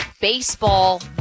baseball